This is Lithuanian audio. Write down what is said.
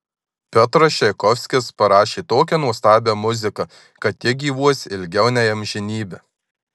piotras čaikovskis parašė tokią nuostabią muziką kad ji gyvuos ilgiau nei amžinybę